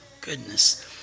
goodness